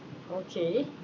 okay